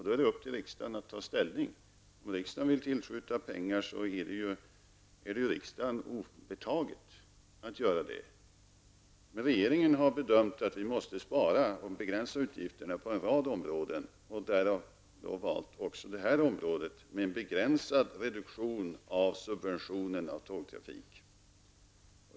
Då är det upp till riksdagen att ta ställning. Om riksdagen vill tillskjuta pengar är det riksdagen obetaget att göra det. Men regeringen har bedömt att vi måste spara och begränsa utgifterna på en rad områden, och vi har då valt också detta område med en begränsad reduktion av subventionen av tågtrafiken.